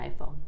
iPhone